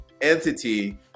entity